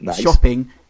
shopping